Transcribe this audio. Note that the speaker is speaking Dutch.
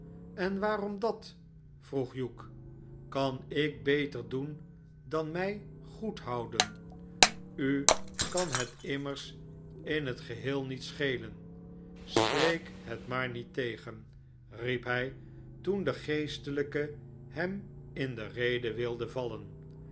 en waarom dat vroeg hugh kan ik beter doen dan mip goedhouden u kan het immers in het geheel niet schelen spreek het maar niet tegen riep hij toen de geestelijke hem in de rede wilde vallen